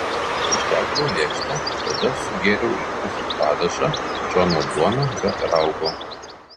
išvalgiau lėkštę tada sugėriau likusį padažą džono duona be raugo